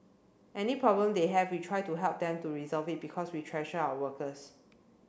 any problem they have we try to help them to resolve it because we treasure our workers